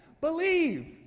Believe